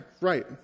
right